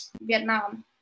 Vietnam